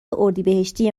اردیبهشتی